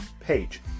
page